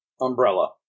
umbrella